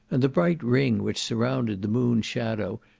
and the bright ring which surrounded the moon's shadow,